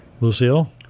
Lucille